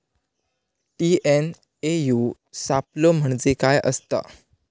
TNAU सापलो म्हणजे काय असतां?